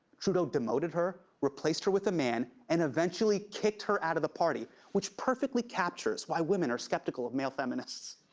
trudeau demoted her, replaced her with a man and eventually kicked her out of the party, which perfectly captures why women are skeptical of male feminists.